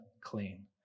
clean